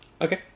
Okay